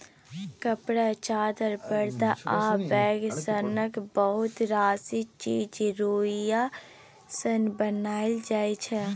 कपड़ा, चादर, परदा आ बैग सनक बहुत रास चीज रुइया सँ बनाएल जाइ छै